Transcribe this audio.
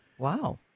Wow